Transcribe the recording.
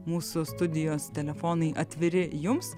mūsų studijos telefonai atviri jums